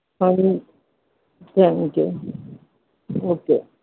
ਹਾਂਜੀ thank you okay